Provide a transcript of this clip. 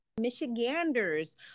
michiganders